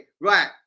right